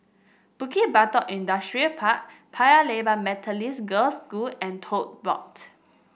Bukit Batok Industrial Park Paya Lebar Girls' School and Tote Board